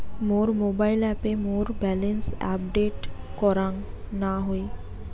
মোর mobile অ্যাপে মোর balance update করাং না হই